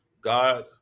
God